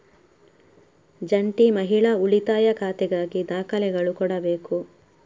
ಜಂಟಿ ಮಹಿಳಾ ಉಳಿತಾಯ ಖಾತೆಗಾಗಿ ದಾಖಲೆಗಳು ಕೊಡಬೇಕು